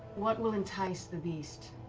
what will entice the beast?